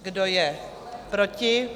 Kdo je proti?